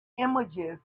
images